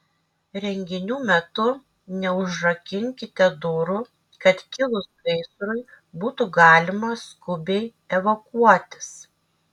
renginių metu neužrakinkite durų kad kilus gaisrui būtų galima skubiai evakuotis